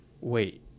wait